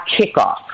kickoff